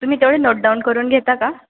तुम्ही तेवढं नोटडाउन करून घेता का